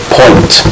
point